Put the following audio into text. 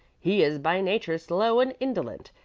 he is by nature slow and indolent.